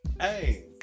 Hey